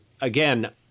again